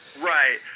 Right